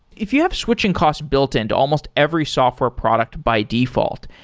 if you have switching costs built-in to almost every software product by default,